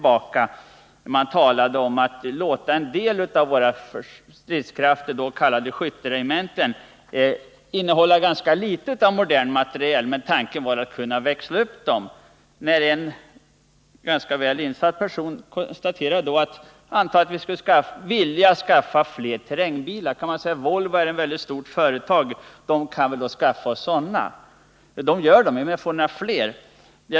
Man talade kring 1972 om att låta en del av våra stridskrafter, då kallade skytteregementen, innehålla ganska litet av modern materiel. Tanken var att man skulle kunna skaffa materiel vid behov. Men en väl insatt person visade vad som skulle hända om vi exempelvis ville skaffa fler terrängbilar. Volvo är ett ganska stort företag, där kan vi då skaffa oss sådana, antog man.